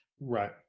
Right